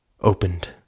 opened